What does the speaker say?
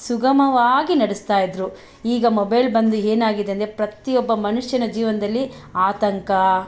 ಸುಗಮವಾಗಿ ನಡೆಸ್ತಾಯಿದ್ರು ಈಗ ಮೊಬೈಲ್ ಬಂದು ಏನಾಗಿದೆ ಅಂದರೆ ಪ್ರತಿಯೊಬ್ಬ ಮನುಷ್ಯನ ಜೀವನದಲ್ಲಿ ಆತಂಕ